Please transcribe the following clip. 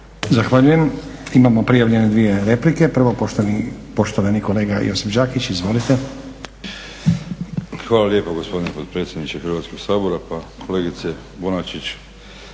Zahvaljujem. Imamo prijavljene dvije replike, prvo poštovani kolega Josip Đakić. Izvolite. **Đakić, Josip (HDZ)** Hvala lijepo gospodine potpredsjedniče Hrvatskog sabora. Pa kolegice Bonačić